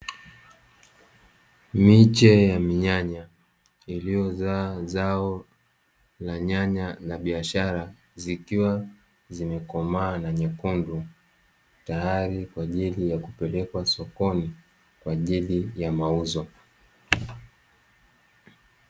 Miche ya minyanya, iliyozaa zao la nyanya la biashara, zikiwa zimekomaa na nyekundu, tayari kwa ajili ya kupelekwa sokoni kwa ajili ya mauzo.